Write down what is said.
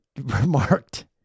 remarked